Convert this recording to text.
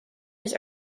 his